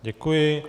Děkuji.